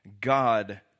God